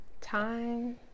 Time